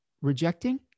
rejecting